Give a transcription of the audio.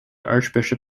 archbishop